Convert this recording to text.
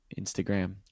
Instagram